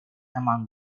among